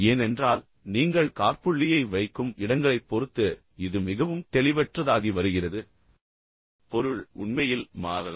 ஏனென்றால் நீங்கள் காற்புள்ளியை வைக்கும் இடங்களைப் பொறுத்து இது மிகவும் தெளிவற்றதாகி வருகிறது பொருள் உண்மையில் மாறலாம்